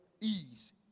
ease